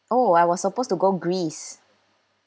oh I was supposed to go greece